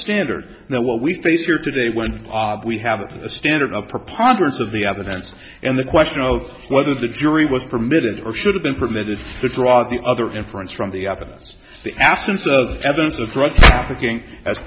standard than what we face here today when we have a standard of preponderance of the evidence and the question of whether the jury was permitted or should have been permitted to draw the other inference from the other the absence of evidence of drug trafficking as